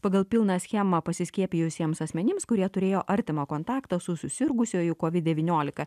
pagal pilną schemą pasiskiepijusiems asmenims kurie turėjo artimą kontaktą su susirgusiuoju kovid devyniolika